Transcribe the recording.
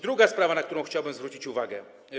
Druga sprawa, na którą chciałbym zwrócić uwagę.